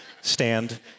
stand